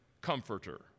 comforter